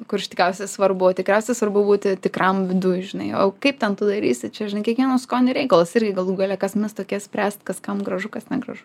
kur iš tikriausia svarbu o tikriausia svarbu būti tikram viduj žinai o kaip ten tu darysi čia žinai kiekvieno skonio reikalas irgi galų gale kas mes tokie spręst kas kam gražu kas negražu